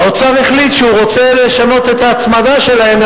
והאוצר החליט שהוא רוצה לשנות את ההצמדה שלהם,